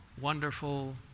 wonderful